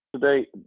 Today